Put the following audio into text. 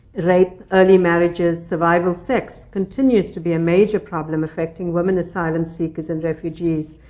rape, early marriages, survival sex, continues to be a major problem affecting women asylum seekers and refugees,